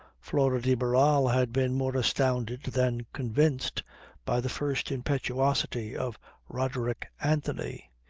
flora de barral had been more astounded than convinced by the first impetuosity of roderick anthony.